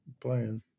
playing